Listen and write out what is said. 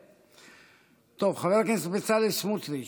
חבר הכנסת בצלאל סמוטריץ',